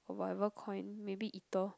or whatever coin maybe Ether